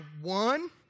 one